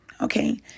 okay